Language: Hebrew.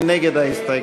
מי נגד ההסתייגות?